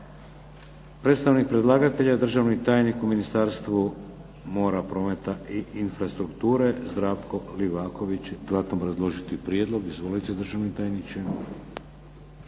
Predstavnik predlagatelja državni tajnik u Ministarstvu mora, prometa i infrastrukture Zdravko Livaković će dodatno obrazložiti prijedlog. Izvolite državni tajniče.